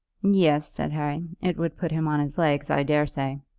yes, said harry, it would put him on his legs, i daresay.